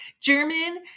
German